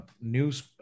news